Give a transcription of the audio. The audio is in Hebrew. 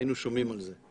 היינו שומעים עליה.